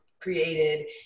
created